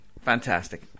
Fantastic